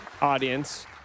audience